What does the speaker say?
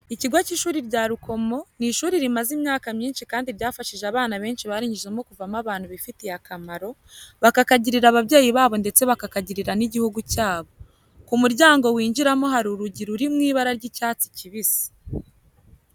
Ikigo cy'ishuri cya Rukomo ni ishuri rimaze imyaka myinshi kandi ryafashije abana benshi barinyuzemo kuvamo abantu bifitiye akamaro, bakakagirira ababyeyi babo ndetse bakakagirira n'igihugu cyabo. Ku muryango winjiramo hari urugi ruri mu ibara ry'icyatsi kibisi.